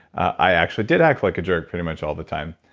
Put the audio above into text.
i actually did act like a jerk pretty much all the time.